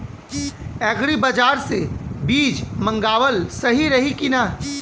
Agri बाज़ार से बीज मंगावल सही रही की ना?